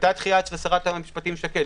היתה דחייה אצל שרת המשפטים שקד.